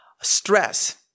Stress